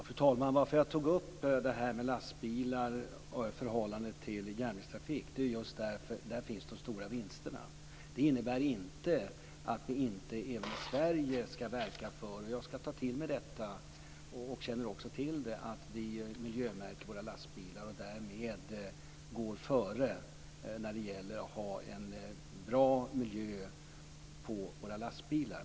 Fru talman! Skälet till att jag tog upp det här med lastbilar och förhållandet till järnvägstrafik är just att det är där de stora vinsterna finns. Det innebär inte att vi inte även i Sverige ska verka för det här. Jag ska ta till mig detta, och känner också till det, att vi miljömärker våra lastbilar och därmed går före när det gäller att ha en bra miljö i fråga om våra lastbilar.